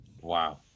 wow